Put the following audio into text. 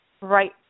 right